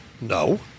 no